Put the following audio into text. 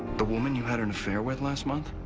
the woman you had an affair with last month?